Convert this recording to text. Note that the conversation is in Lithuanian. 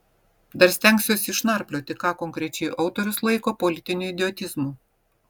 dar stengsiuosi išnarplioti ką konkrečiai autorius laiko politiniu idiotizmu